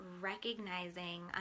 Recognizing